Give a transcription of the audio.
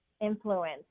influence